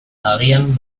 agian